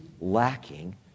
lacking